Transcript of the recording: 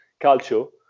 Calcio